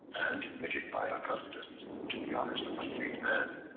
and admitted by augustus to the honors of a freedman,